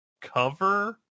cover